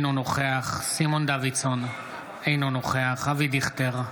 אינו נוכח סימון דוידסון, אינו נוכח אבי דיכטר,